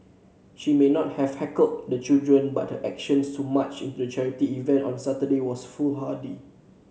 she may not have heckled the children but her action to march into the charity event on Saturday was foolhardy